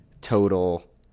total